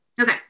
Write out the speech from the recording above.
Okay